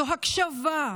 זה הקשבה,